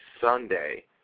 Sunday